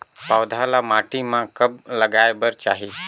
पौधा ल माटी म कब लगाए बर चाही?